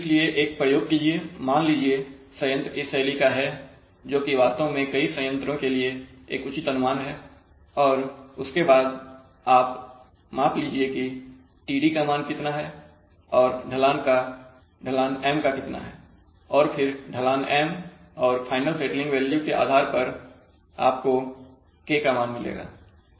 इसलिए एक प्रयोग कीजिए मान लीजिए संयंत्र इस शैली का है जोकि वास्तव में कई संयंत्रों के लिए एक उचित अनुमान है और उसके बाद माप लीजिए की td का मान कितना है और ढलान M कितना है और फिर ढलान M और फाइनल सेटलिंग वैल्यू के आधार पर आपको K का मान मिलेगा